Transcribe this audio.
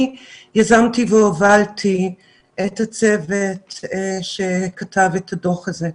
יזמתי והובלתי את הצוות שכתב את הדוח הזה.